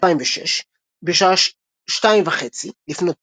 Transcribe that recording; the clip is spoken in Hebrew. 2006 בשעה 0230 לפנות בוקר,